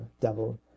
devil